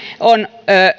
on